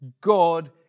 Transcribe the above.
God